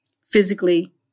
physically